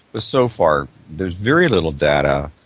but so far there's very little data,